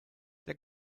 der